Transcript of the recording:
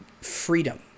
freedom